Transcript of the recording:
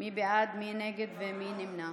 מי בעד, מי נגד, מי נמנע?